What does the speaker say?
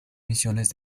misiones